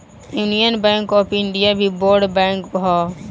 union Bank of India भी बड़ bank हअ